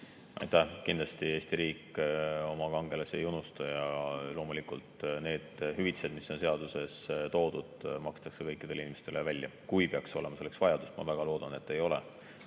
Kindlasti Eesti riik oma kangelasi ei unusta ja loomulikult need hüvitised, mis on seaduses toodud, makstakse kõikidele inimestele välja, kui peaks olema selleks vajadust. Ma väga loodan, et seda